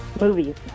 Movies